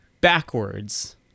backwards